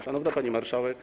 Szanowna Pani Marszałek!